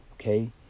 okay